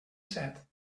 set